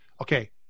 Okay